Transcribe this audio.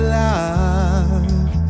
love